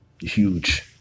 Huge